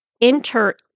enter